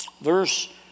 verse